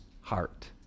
heart